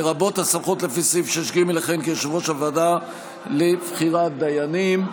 לרבות הסמכות לפי סעיף 6(ג) לכהן כיושב-ראש הוועדה לבחירת דיינים.